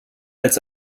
als